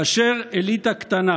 כאשר אליטה קטנה,